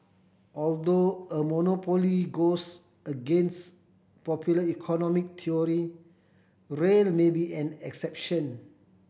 although a monopoly goes against popular economic theory rail may be an exception